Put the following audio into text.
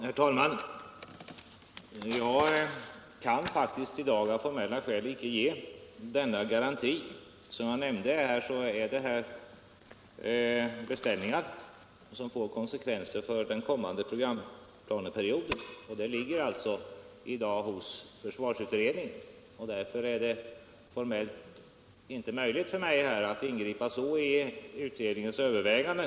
Herr talman! Jag kan faktiskt i dag av formella skäl inte lämna denna garanti. Som jag nämnde tidigare är detta beställningar som får konsekvenser för den kommande programplaneperioden. Frågan ligger i dag hos försvarsutredningen, och jag kan därför inte lämna någon som helst garanti på denna punkt.